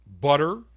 butter